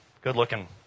good-looking